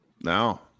No